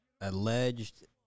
alleged